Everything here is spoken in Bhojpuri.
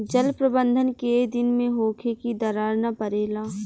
जल प्रबंधन केय दिन में होखे कि दरार न परेला?